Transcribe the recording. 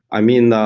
i mean,